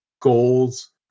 goals